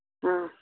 ꯑꯥ